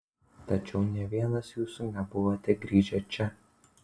tačiau nė vienas jūsų nebuvote grįžę čia